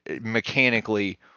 mechanically